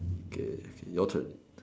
okay you all can